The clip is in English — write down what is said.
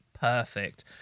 perfect